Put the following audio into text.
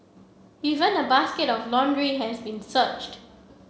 even a basket of laundry had been searched